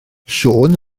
siôn